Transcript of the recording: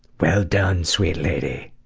well done, sweet lady.